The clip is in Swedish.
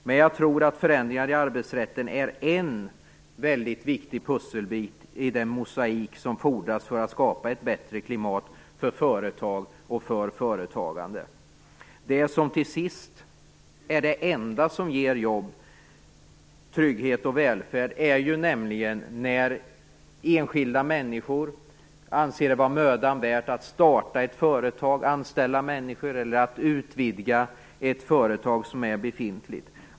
Men jag tror att förändringar i arbetsrätten är en väldigt viktigt pusselbit i den mosaik som fordras för att skapa ett bättre klimat för företag och för företagande. Det som till sist är det enda som ger jobb, trygghet och välfärd är ju nämligen när enskilda människor anser det vara mödan värt att starta ett företag, att anställa människor eller att utvidga ett företag som är befintligt.